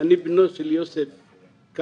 אני בנו של יוסף קרני,